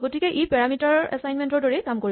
গতিকে ই parameter assignment ৰ দৰেই কাম কৰিব